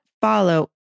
follow